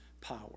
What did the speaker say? power